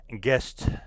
guest